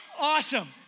awesome